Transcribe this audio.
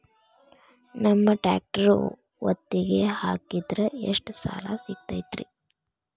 ನಮ್ಮ ಟ್ರ್ಯಾಕ್ಟರ್ ಒತ್ತಿಗೆ ಹಾಕಿದ್ರ ಎಷ್ಟ ಸಾಲ ಸಿಗತೈತ್ರಿ?